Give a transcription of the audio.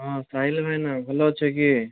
ହଁ ସାହିଲ ଭାଇନା ଭଲ ଅଛ କି